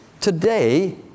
Today